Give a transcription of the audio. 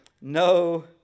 no